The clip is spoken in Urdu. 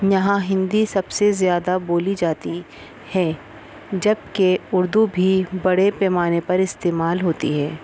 یہاں ہندی سب سے زیادہ بولی جاتی ہے جبکہ اردو بھی بڑے پیمانے پر استعمال ہوتی ہے